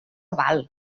val